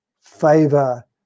favor